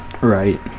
Right